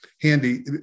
Handy